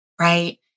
right